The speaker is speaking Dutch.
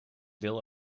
deel